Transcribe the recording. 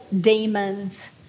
demons